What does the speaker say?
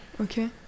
okay